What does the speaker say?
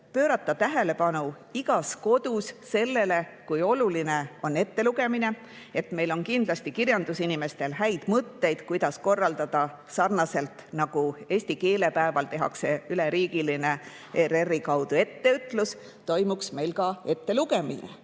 pöörata tähelepanu igas kodus sellele, kui oluline on ettelugemine. Meil on kindlasti kirjandusinimestel häid mõtteid, kuidas korraldada sarnaselt, nagu eesti keele päeval tehakse ERR-i kaudu üleriigiline etteütlus, ka ettelugemise